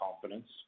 confidence